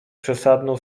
przesadną